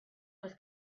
was